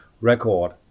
record